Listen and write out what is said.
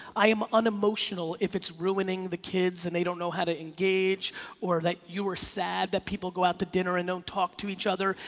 i am unemotional if it's ruining the kids and they don't know how to engage or they you were sad that people go out to dinner and don't talk to each other.